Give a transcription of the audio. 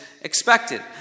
expected